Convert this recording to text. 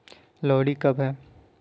लोहड़ी कब है?